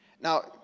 Now